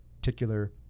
particular